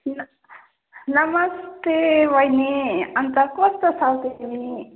नमस्ते बहिनी अन्त कस्तो छौ त तिमी